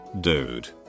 dude